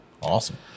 Awesome